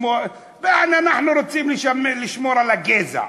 אנחנו רוצים לשמור על הגזע.